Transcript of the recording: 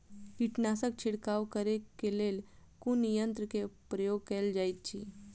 कीटनासक छिड़काव करे केँ लेल कुन यंत्र केँ प्रयोग कैल जाइत अछि?